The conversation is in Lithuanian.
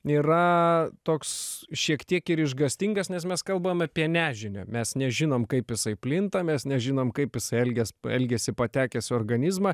yra toks šiek tiek ir išgąstingas nes mes kalbam apie nežinią mes nežinom kaip jisai plinta mes nežinom kaip jisai elgias elgiasi patekęs į organizmą